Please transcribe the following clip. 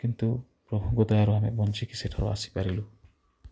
କିନ୍ତୁ ପ୍ରଭୁଙ୍କ ଦୟାରୁ ଆମେ ବଞ୍ଚିକି ସେଠାରୁ ଆସିପାରିଲୁ